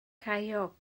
caio